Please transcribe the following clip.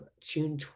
June